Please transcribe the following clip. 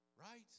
right